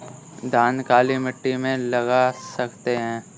धान काली मिट्टी में लगा सकते हैं?